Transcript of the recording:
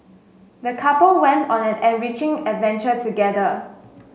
the couple went on an enriching adventure together